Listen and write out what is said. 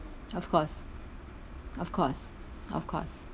of course of course of course